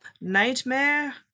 nightmare